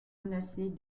menacés